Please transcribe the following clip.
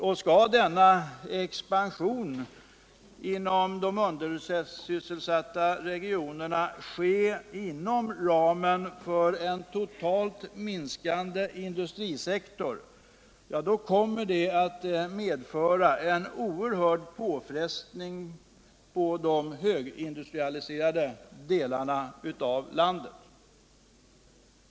Om en expansion inom de undersysselsatta regionerna sker inom ramen för en totalt sett minskande industrisektor, skulle det medföra en oerhört stor påfrestning för de högindustrialiserade delarna av landet.